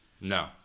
No